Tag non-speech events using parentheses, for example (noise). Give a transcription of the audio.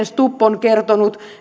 (unintelligible) stubb on kertonut